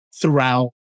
throughout